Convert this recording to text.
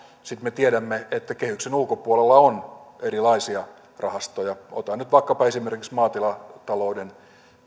sitten me tiedämme että kehyksen ulkopuolella on erilaisia rahastoja otan nyt vaikkapa esimerkiksi maatalouden